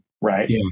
right